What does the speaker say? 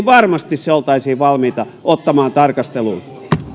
varmasti oltaisiin valmiita ottamaan se tarkasteluun